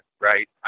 right